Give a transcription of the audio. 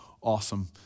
awesome